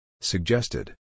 Suggested